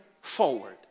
forward